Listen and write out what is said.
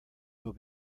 will